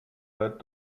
led